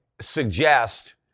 suggest